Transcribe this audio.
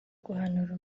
guhanura